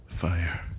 Fire